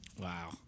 Wow